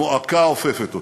מועקה אופפת אותה.